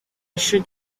should